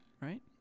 right